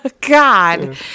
God